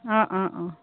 অঁ অঁ অঁ